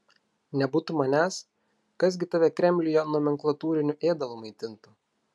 nebūtų manęs kas gi tave kremliuje nomenklatūriniu ėdalu maitintų